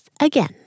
again